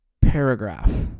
paragraph